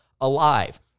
alive